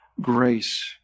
grace